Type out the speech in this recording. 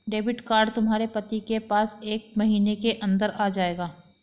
debit card तुम्हारे पति के पास एक महीने के अंदर आ जाएगा